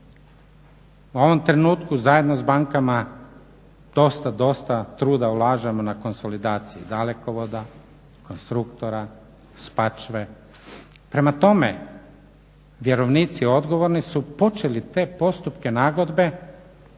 U ovom trenutku zajedno s bankama dosta, dosta truda ulažemo na konsolidacije Dalekovoda, Konstruktora, Spačve. Prema tome, vjerovnici odgovorni su počeli te postupke nagodbe